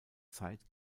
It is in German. zeit